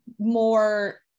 more